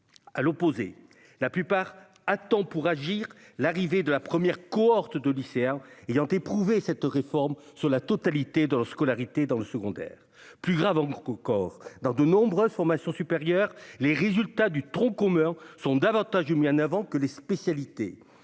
à l'opposé, la plupart à temps pour agir, l'arrivée de la première cohorte de lycéens ayant éprouvé cette réforme sur la totalité de leur scolarité dans le secondaire, plus grave encore dans de nombreux formation supérieure les résultats du tronc commun sont davantage mis en avant que les spécialités